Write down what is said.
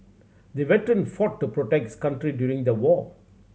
the veteran fought to protect his country during the war